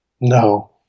No